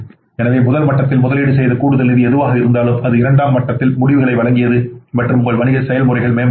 எனவே முதல் மட்டத்தில் முதலீடு செய்த கூடுதல் நிதி எதுவாக இருந்தாலும் அது இரண்டாம் மட்டத்தில் முடிவுகளை வழங்கியது மற்றும் உங்கள் வணிக செயல்முறைகள் மேம்பட்டுள்ளன